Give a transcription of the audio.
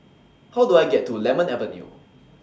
How Do I get to Lemon Avenue